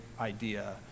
idea